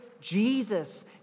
Jesus